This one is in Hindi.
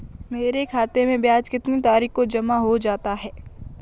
मेरे खाते में ब्याज कितनी तारीख को जमा हो जाता है?